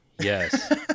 Yes